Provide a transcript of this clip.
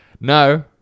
No